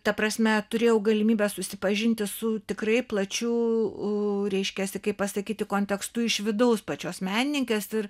ta prasme turėjau galimybę susipažinti su tikrai plačiu reiškiasi kaip pasakyti kontekstu iš vidaus pačios menininkės ir